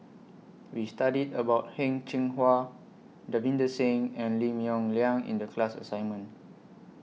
We studied about Heng Cheng Hwa Davinder Singh and Lim Yong Liang in The class assignment